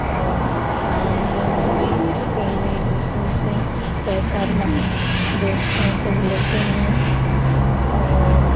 और धान गेहूँ भी बेचते हैं एक दूसरे से पैसा भी माँग बेचते हैं तो वो लेते हैं और